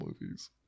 movies